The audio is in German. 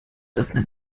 öffnen